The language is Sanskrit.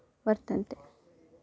वर्तन्ते